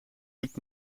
niet